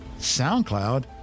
SoundCloud